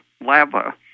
lava